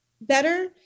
better